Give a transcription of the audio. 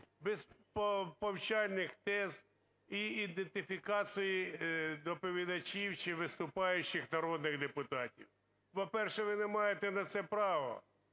без повчальних тез і ідентифікації доповідачів чи виступаючих народних депутатів. По-перше, ви не маєте на це права,